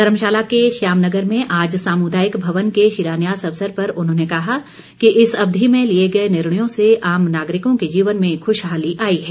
धर्मशाला के श्याम नगर में आज सामुदायिक भवन के शिलान्यास अवसर पर उन्होंने कहा कि इस अवधि में लिए गए निर्णयों से आम नागरिकों के जीवन में खुशहाली आई है